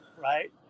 Right